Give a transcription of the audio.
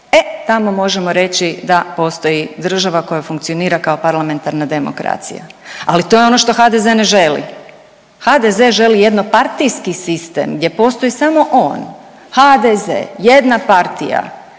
e tamo možemo reći da postoji država koja funkcionira kao parlamentarna demokracija, ali to je ono što HDZ ne želi. HDZ želi jednopartijski sistem gdje postoji samo on, HDZ jedna partija